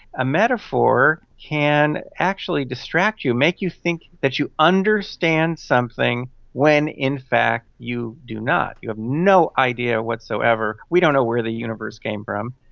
a metaphor can actually distract you, make you think that you understand something when in fact you do not, you have no idea whatsoever. we don't know where the universe came from,